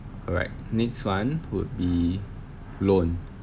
alright next one would be loan